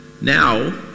Now